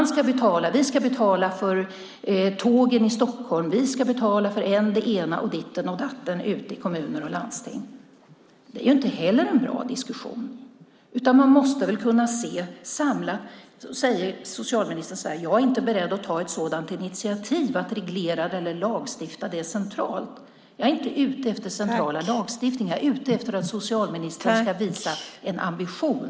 Vi ska betala för tågen i Stockholm, vi ska betala för än det ena, än det andra och ditten och datten ute i kommuner och landsting. Det är inte heller en bra diskussion. Man måste kunna se det hela samlat. Socialministern säger att han inte är beredd att ta ett initiativ att reglera eller lagstifta detta centralt. Jag är inte ute efter central lagstiftning. Jag är ute efter att socialministern ska visa en ambition.